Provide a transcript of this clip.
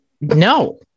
No